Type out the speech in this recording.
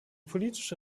politische